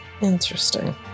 Interesting